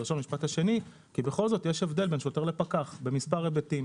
כי בכל זאת יש הבדל בין שוטר לפקח במספר היבטים